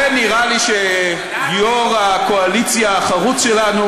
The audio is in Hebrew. ונראה לי שיו"ר הקואליציה החרוץ שלנו